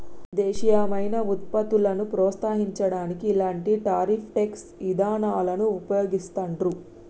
దేశీయమైన వుత్పత్తులను ప్రోత్సహించడానికి ఇలాంటి టారిఫ్ ట్యేక్స్ ఇదానాలను వుపయోగిత్తండ్రు